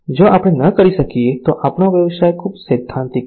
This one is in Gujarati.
જો આપણે ન કરી શકીએ તો આપણો વ્યવસાય ખૂબ સૈદ્ધાંતિક છે